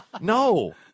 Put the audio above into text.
No